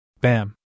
Bam